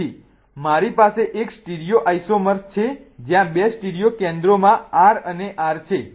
તેથી મારી પાસે એક સ્ટીરિયો આઇસોમર છે જ્યાં 2 સ્ટીરિયો કેન્દ્રોમાં R અને R છે